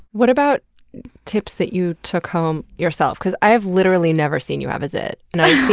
what about tips that you took home yourself? cause i have literally never seen you have a zit, and i've seen